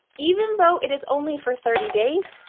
even though it is only for thirty days,